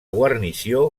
guarnició